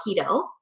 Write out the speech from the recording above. keto